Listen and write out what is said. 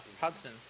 Hudson